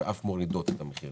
שהן אפילו מורידות את המחירים,